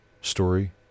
story